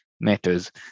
matters